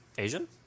Asian